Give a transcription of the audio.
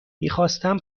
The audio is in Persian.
میخواستم